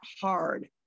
hard